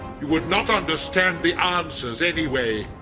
you would not understand the answers anyway.